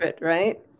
right